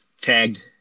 tagged